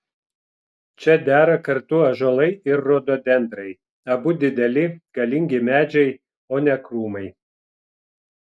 čia dera kartu ąžuolai ir rododendrai abu dideli galingi medžiai o ne krūmai